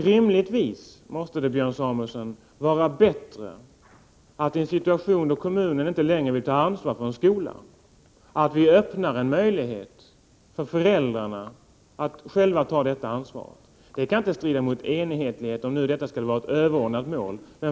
Rimligtvis måste det, Björn Samuelson, i en situation då kommunen inte längre vill ta ansvar för en skola, vara bättre att vi öppnar en möjlighet för föräldrarna att själva ta detta ansvar. Det kan inte strida mot enhetligheten, om nu den skulle vara ett överordnat mål.